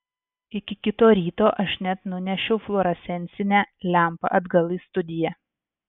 iki kito ryto aš net nunešiau fluorescencinę lempą atgal į studiją